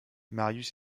marius